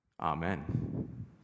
Amen